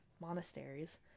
monasteries